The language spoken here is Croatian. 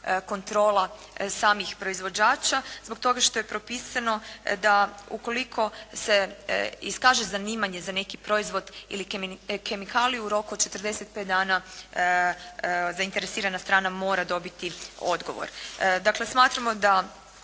kontrola samih proizvođača zbog toga što je propisano da ukoliko se iskaže zanimanje za neki proizvod i kemikaliju u roku od 45 dana zainteresirana strana mora dobiti odgovor. Dakle smatramo da